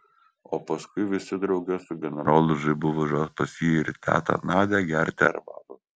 o paskui visi drauge su generolu žaibu važiuos pas jį ir tetą nadią gerti arbatos